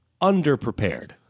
underprepared